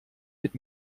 mit